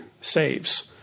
saves